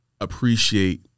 appreciate